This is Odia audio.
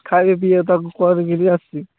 ଖାଇବା ପିଇବା ତା'କୁ କରିକିରି ଆସୁଛି